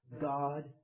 God